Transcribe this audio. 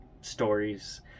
stories